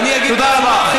תודה רבה.